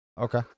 Okay